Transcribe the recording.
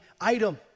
item